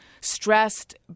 stressed